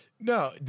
No